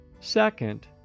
Second